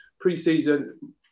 pre-season